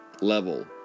level